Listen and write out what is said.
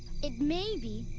it may be,